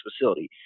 Facility